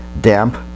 damp